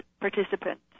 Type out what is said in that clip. participants